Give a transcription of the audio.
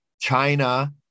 China